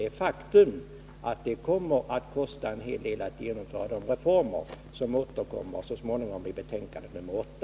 Det är ett faktum att det kommer att kosta en hel del att genomföra de reformer som vi så småningom återkommer till i samband med behandlingen av civilutskottets betänkande nr 8.